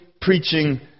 preaching